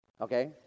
Okay